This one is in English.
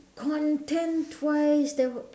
content wise there were